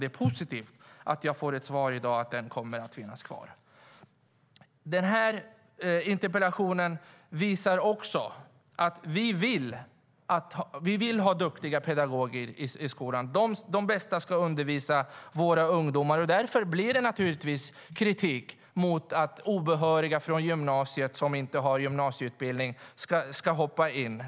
Det är positivt att jag i dag får svaret att den kommer att finnas kvar. Den här interpellationen visar också att vi vill ha duktiga pedagoger i skolan. De bästa ska undervisa våra ungdomar. Därför blir det naturligtvis kritik mot att obehöriga som inte har gymnasieutbildning ska hoppa in.